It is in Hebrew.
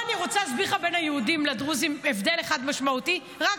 אני רוצה להסביר לך הבדל אחד משמעותי בין היהודים לדרוזים,